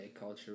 culture